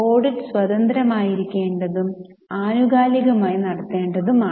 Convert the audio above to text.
audit സ്വതന്ത്രമായിരിക്കേണ്ടതും ആനുകാലികമായി നടത്തേണ്ടതുമാണ്